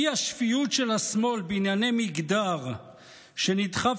האי-שפיות של השמאל בענייני מגדר שנדחף